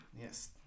Yes